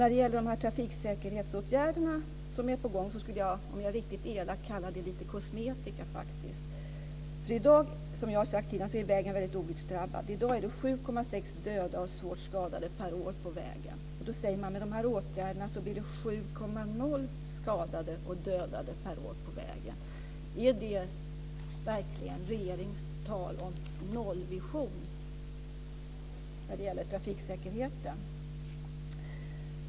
När det gäller de trafiksäkerhetsåtgärder som är på gång skulle jag - om jag var riktigt elak - vilja kalla dem för kosmetika. I dag är vägen väldigt olycksdrabbad. Det är 7,6 personer per år som dödas eller skadas svårt på den här vägen. Med dessa trafiksäkerhetsåtgärder blir det 7,0 personer som skadas eller dödas. Är det verkligen förenligt med regeringens tal om nollvision i trafiken?